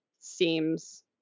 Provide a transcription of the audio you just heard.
seems